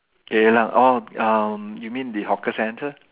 Geylang orh um you mean the hawker centre